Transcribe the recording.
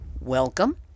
Welcome